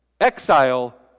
Exile